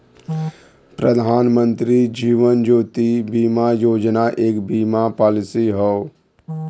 प्रधानमंत्री जीवन ज्योति बीमा योजना एक बीमा पॉलिसी हौ